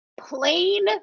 plain